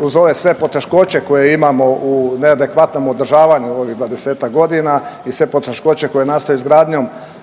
uz ove sve poteškoće koje imamo u neadekvatnom održavanju ovih 20-ak godina i sve poteškoće koje nastaju izgradnjom